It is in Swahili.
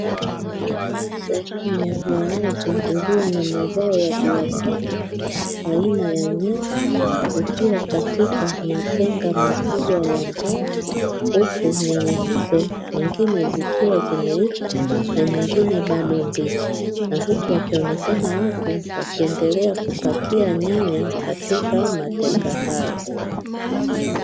Sehemu ya wazi iliyo na mazao ya biashara aina ya nyanya zikiwa katika matenga makubwa ya mbao, huku nyanya hizo nyingine zikiwa zimeiva na nyingine bado mbichi na huku wakionekana watu wakiendelea kupakia nyanya katika matenga hayo.